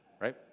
Right